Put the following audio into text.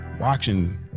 watching